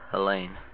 Elaine